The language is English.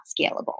scalable